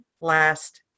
last